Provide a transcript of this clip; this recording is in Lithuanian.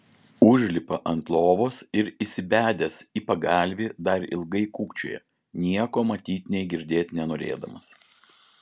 užlipa ant lovos ir įsibedęs į pagalvį dar ilgai kūkčioja nieko matyt nei girdėt nenorėdamas